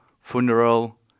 funeral